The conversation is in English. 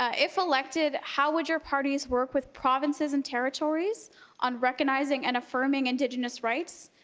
ah if elected, how would your parties work with provinces and territories on recognizing and affirming indigenous rights,